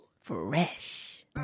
Fresh